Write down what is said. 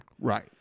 Right